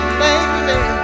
baby